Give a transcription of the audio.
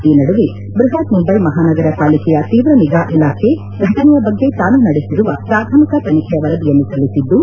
ಈ ನಡುವೆ ಬ್ಬಹತ್ ಮುಂಬೈ ಮಹಾನಗರ ಪಾಲಿಕೆಯ ತೀವ್ರ ನಿಗಾ ಇಲಾಖೆ ಘಟನೆಯ ಬಗ್ಗೆ ತಾನು ನಡೆಸಿರುವ ಪ್ರಾಥಮಿಕ ತನಿಖೆಯ ವರದಿಯನ್ನು ಸಲ್ಲಿಬಿದ್ದು